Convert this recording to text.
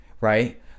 right